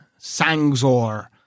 Sangzor